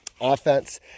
offense